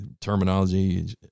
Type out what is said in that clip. terminology